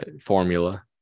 formula